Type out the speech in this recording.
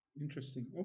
Interesting